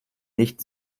nicht